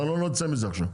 אנחנו לא נצא מזה עכשיו.